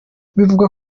bivugwa